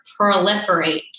proliferate